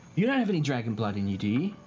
you don't have any dragon blood in you, do